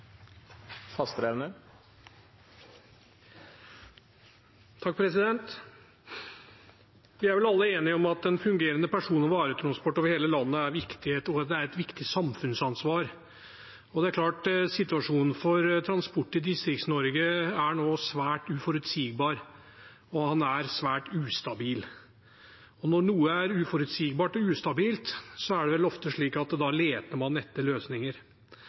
Vi er vel alle enige om at en fungerende person- og varetransport over hele landet er viktig, og at det er et viktig samfunnsansvar. Situasjonen for transport i Distrikts-Norge er nå svært uforutsigbar og svært ustabil. Når noe er uforutsigbart og ustabilt, er det ofte slik at man leter etter løsninger, og det er vel stort sett det denne debatten også dreier seg om – å lete etter praktiske løsninger